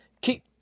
keep